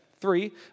Three